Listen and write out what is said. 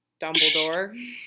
Dumbledore